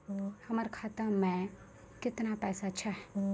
हमर खाता मैं केतना पैसा छह?